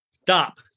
Stop